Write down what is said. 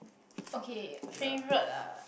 okay favourite ah